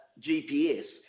GPS